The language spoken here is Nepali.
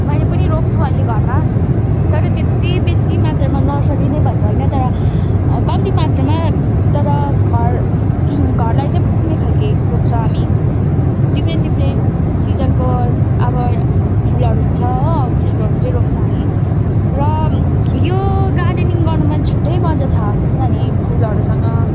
मैले पनि रोप्छु अहिले घरमा तर त्यति बेसीमात्रामा नर्सरी नै भनेको होइन तर कम्तिमात्रामा तर घर घरलाई चाहिँ पुग्ने खालके रोप्छ हामी डिफरेन्ट डिफरेन्ट सिजनको अब फुलहरू हुन्छ हो हो त्यस्तोहरू चाहिँ रोप्छ हामी र यो गार्डनिङ गर्नुमा छुट्टै मजा छ किनभने फुलहरूसँग